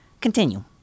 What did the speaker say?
Continue